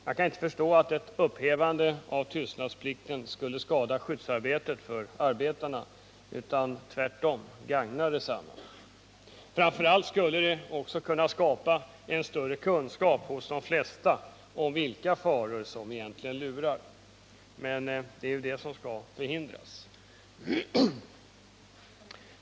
Jag kan inte förstå att ett upphävande av tystnadsplikten skulle skada skyddsarbetet, det skulle ju tvärtom gagna detsamma. En sådan åtgärd skulle framför allt också kunna skapa en större kunskap hos de flesta om vilka faror som lurar. Men det är detta som skall förhindras.